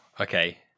Okay